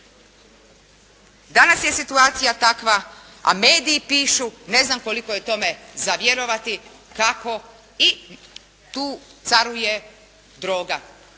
Danas je situacija takva, a mediji pišu, ne znam koliko je tome za vjerovati, kako i tu caruje droga.